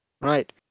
right